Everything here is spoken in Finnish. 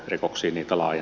se on hyvä